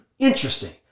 interesting